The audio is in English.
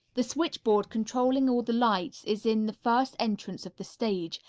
the switchboard controlling all the lights is in the first entrance of the stage,